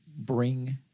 bring